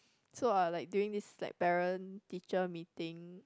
so I'll like during this like parent teacher meeting